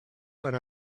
but